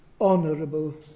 honourable